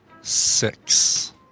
six